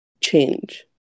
change